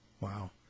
Wow